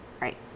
Right